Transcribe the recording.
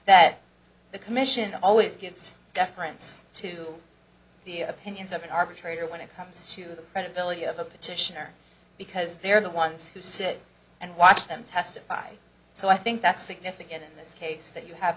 that the commission always gives deference to the opinions of an arbitrator when it comes to the credibility of a petitioner because they're the ones who sit and watch them testify so i think that's significant in this case that you have